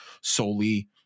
solely